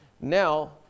Now